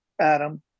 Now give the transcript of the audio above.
Adam